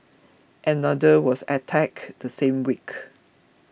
another was attacked the same week